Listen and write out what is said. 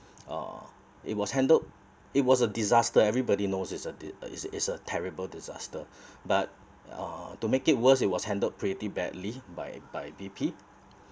uh it was handled it was a disaster everybody knows is a is a terrible disaster but uh to make it worse it was handled pretty badly by by B_P